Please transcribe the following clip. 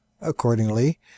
Accordingly